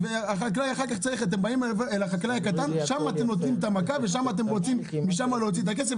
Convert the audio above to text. החקלאי הקטן עליו אתם נותנים את המכה וממנו אתם מוציאים את הכסף,